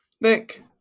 Nick